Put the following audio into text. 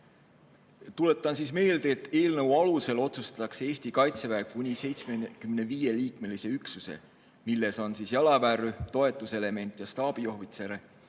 Tuletan meelde, et eelnõu alusel otsustatakse Eesti Kaitseväe kuni 75‑liikmelise üksuse, milles on jalaväerühm, toetuselement ja staabiohvitsere,